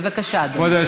בבקשה, אדוני.